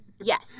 Yes